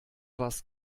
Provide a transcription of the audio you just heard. was